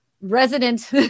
resident